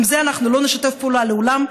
עם זה אנחנו לא נשתף פעולה לעולם,